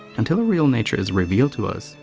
until her real nature is revealed to us,